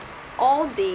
all the